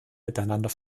miteinander